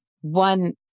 one